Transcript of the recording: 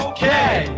Okay